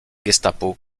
gestapo